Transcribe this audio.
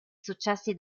successi